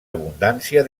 abundància